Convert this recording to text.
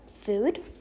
food